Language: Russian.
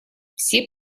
все